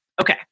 Okay